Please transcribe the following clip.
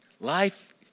life